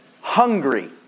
hungry